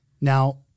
Now